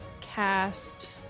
cast